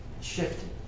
shifted